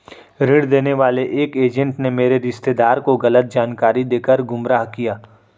ऋण देने वाले एक एजेंट ने मेरे रिश्तेदार को गलत जानकारी देकर गुमराह किया